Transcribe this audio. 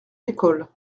l’école